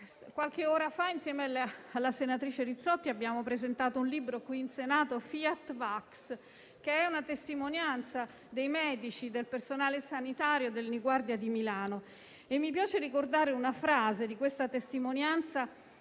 Qualche ora fa con la senatrice Rizzotti abbiamo presentato un libro qui in Senato, «Fiat Vax», che è una testimonianza dei medici e del personale sanitario del Niguarda di Milano. Mi piace ricordare una frase di questa testimonianza: